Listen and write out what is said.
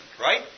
right